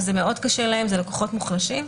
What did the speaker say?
זה מאוד קשה להם, מדובר בלקוחות מוחלשים.